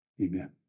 Amen